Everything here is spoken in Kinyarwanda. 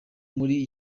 muri